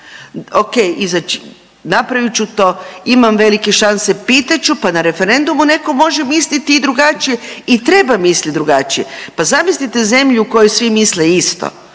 izać napravit ću to imam velike šanse pitat ću pa na referendumu neko može misliti i drugačije i treba mislit drugačije. Pa zamislite zemlju u kojoj svi misle isto,